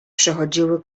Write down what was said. przechodziły